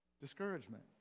discouragement